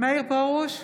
מאיר פרוש,